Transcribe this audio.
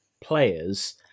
players